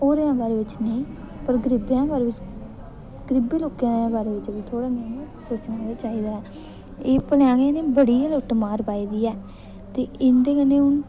होरें दे बारे बिच भला नेईं पर गरीबें दे बारे बिच तमलब गरीबें लोकें दो बारे बिच सिस्टम होना गै चाहिदा ऐ एह् भले्आं गै इनें बड़ी गा जादा लुट्टमार पाई दी ऐ इंदे कन्नै हून